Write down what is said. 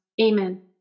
Amen